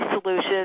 solutions